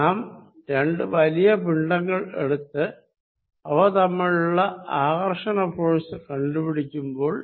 നാം രണ്ടു വലിയ പിണ്ഡങ്ങൾ എടുത്ത് അവ തമ്മിലുള്ള ആകർഷണഫോഴ്സ് കണ്ടു പിടിക്കുമ്പോൾ